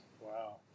Wow